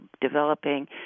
developing